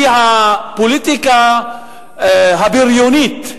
כי הפוליטיקה הבריונית,